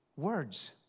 Words